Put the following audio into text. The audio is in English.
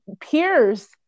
peers